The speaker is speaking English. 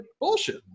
bullshit